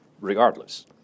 regardless